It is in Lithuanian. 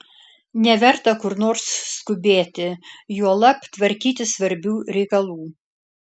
neverta kur nors skubėti juolab tvarkyti svarbių reikalų